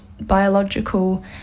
biological